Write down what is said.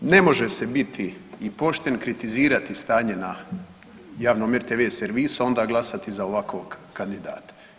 Ne može se biti i pošten, kritizirati stanje na javnom RTV servisu, a onda glasati za ovakvog kandidata.